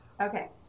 Okay